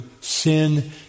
sin